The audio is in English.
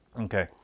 Okay